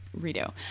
Redo